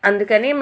అందుకని